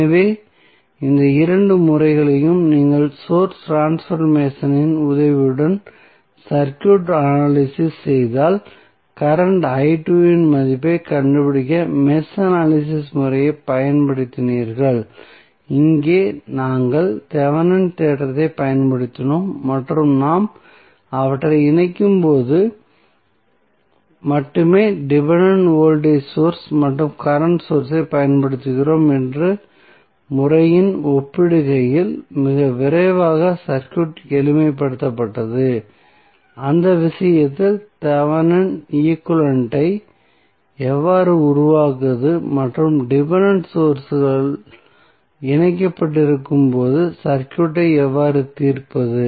எனவே இந்த இரண்டு முறைகளையும் நீங்கள் சோர்ஸ் ட்ரான்ஸ்பர்மேசனின் உதவியுடன் சர்க்யூட் அனலிசிஸ் செய்தால் கரண்ட் இன் மதிப்பைக் கண்டுபிடிக்க மெஷ் அனலிசிஸ் முறையைப் பயன்படுத்தினீர்கள் இங்கே நாங்கள் தெவெனின் தேற்றத்தைப் பயன்படுத்தினோம் மற்றும் நாம் அவற்றை இணைக்கும்போது மட்டுமே டிபென்டென்ட் வோல்டேஜ் மற்றும் கரண்ட் சோர்ஸ் ஐப் பயன்படுத்துகிறோம் என்ற முறையுடன் ஒப்பிடுகையில் மிக விரைவாக சர்க்யூட் எளிமைப்படுத்தப்பட்டது அந்த விஷயத்தில் தெவெனின் ஈக்விவலெண்ட் ஐ எவ்வாறு உருவாக்குவது மற்றும் டிபென்டென்ட் சோர்ஸ்கள் இணைக்கப்பட்டிருக்கும் போது சர்க்யூட்டை எவ்வாறு தீர்ப்பது